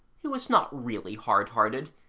who was not really hard-hearted,